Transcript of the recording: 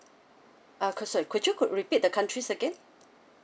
uh could you could repeat the country again